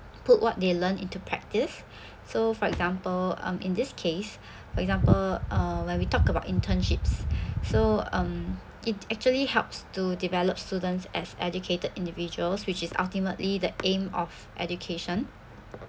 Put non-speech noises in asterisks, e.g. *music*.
put what they learned into practice *breath* so for example um in this case *breath* for example uh when we talk about internships *breath* so um it actually helps to develop students as educated individuals which is ultimately the aim of education